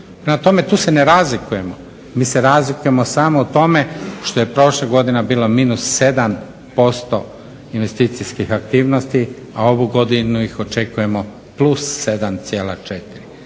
tome tu se ne razlikujemo, mi se razlikujemo samo u tome što je prošla godina bila -7% investicijskih aktivnosti, a ovu godinu ih očekujemo +7,4.